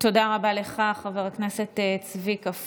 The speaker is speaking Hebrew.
תודה רבה לך, חבר הכנסת צביקה פוגל.